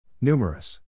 Numerous